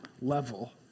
level